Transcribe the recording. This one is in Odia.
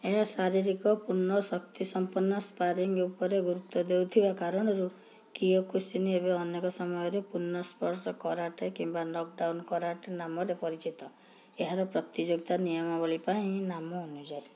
ଏହା ଶାରୀରିକ ପୂର୍ଣ୍ଣ ଶକ୍ତିସମ୍ପନ୍ନ ସ୍ପାରିଂ ଉପରେ ଗୁରୁତ୍ୱ ଦେଉଥିବା କାରଣରୁ କିଓକୁଶିନ ଏବେ ଅନେକ ସମୟରେ ପୂର୍ଣ୍ଣ ସ୍ପର୍ଶ କରାଟେ କିମ୍ବା ନକ୍ଡାଉନ୍ କରାଟେ ନାମରେ ପରିଚିତ ଏହାର ପ୍ରତିଯୋଗିତା ନିୟମାବଳୀ ପାଇଁ ନାମ ଅନୁଯାୟୀ